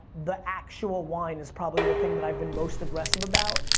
the actual wine is probably the thing that i've been most aggressive about.